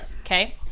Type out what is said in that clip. okay